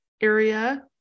area